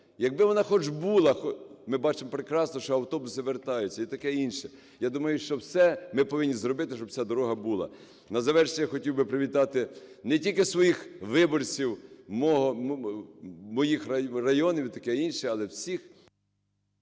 Якби вона хоч була. Ми бачимо прекрасно, що автобуси вертаються і таке інше. Я думаю, що все ми повинні зробити, щоб ця дорога була. На завершення хотів би привітати не тільки своїх виборців моїх районів і таке інше, але всіх…